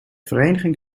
vereniging